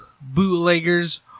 Bootlegger's